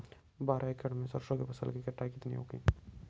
बारह एकड़ में सरसों की फसल की कटाई कितनी होगी?